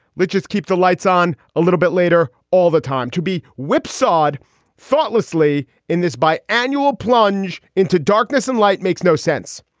like just keep the lights on a little bit later all the time to be whipsawed thoughtlessly in this bi annual plunge into darkness and light makes no sense.